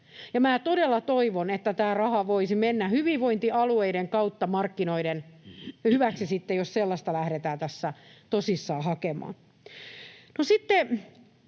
todella toivon, että tämä raha voisi mennä hyvinvointialueiden kautta markkinoiden hyväksi, jos sellaista lähdetään tässä tosissaan hakemaan.